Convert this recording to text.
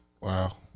Wow